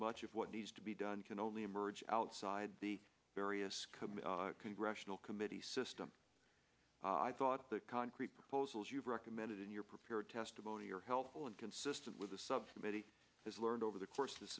much of what needs to be done can only emerge outside the various committee congressional committee system i thought the concrete proposals you've recommended in your prepared testimony are helpful and consistent with the subcommittee has learned over the course of this